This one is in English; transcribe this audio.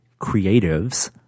creatives